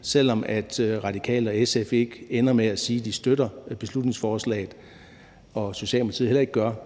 selv om Radikale og SF ikke ender med at sige, at de støtter beslutningsforslaget, og Socialdemokratiet heller ikke gør det,